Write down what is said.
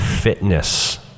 fitness